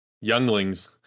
younglings